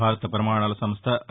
భారత ప్రమాణాల సంస్ట ఐ